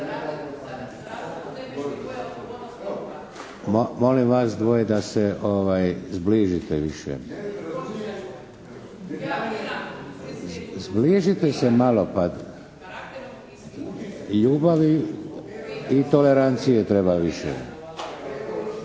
Molim vas dvoje da se zbližite više. Zbližite se malo. Ljubavi i tolerancije treba više.